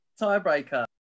Tiebreaker